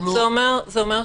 זה אומר שהממשלה,